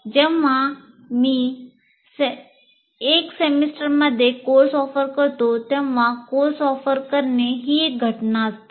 जेव्हा मी 1 सेमिस्टरमध्ये कोर्स ऑफर करतो तेव्हा कोर्स ऑफर करणे ही एक घटना असते